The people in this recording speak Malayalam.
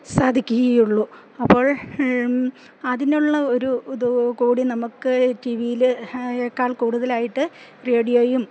സാധിക്കുകയുള്ളൂ അപ്പോൾ അതിനുള്ള ഒരു ഇതുകൂടി നമുക്ക് ടി വിയെക്കാള് കൂടുതലായിട്ട് റേഡിയോയും